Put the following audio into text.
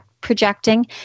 projecting